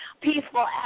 peaceful